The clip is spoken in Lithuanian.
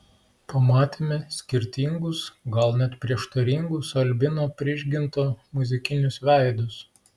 pamatėme skirtingus gal net prieštaringus albino prižginto muzikinius veidus